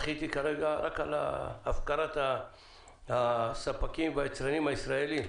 מחיתי כרגע רק על הפקרת הספקים והיצרנים הישראליים.